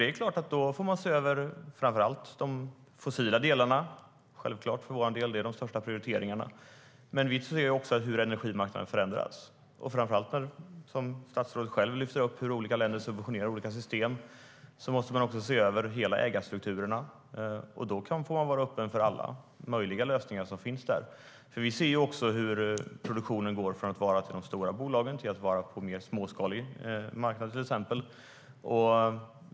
Det är klart att då får man se över de fossila delarna. Det är självklart för vår del, och det är våra största prioriteringar. Men vi ser också att energimarknaden förändras och framför allt, som statsrådet själv lyfter fram, att olika länder subventionerar olika system. Därför måste man se över ägarstrukturerna, och då får man vara öppen för alla möjliga lösningar. Vi ser ju också att produktionen går från de stora bolagen till en mer småskalig marknad.